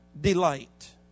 delight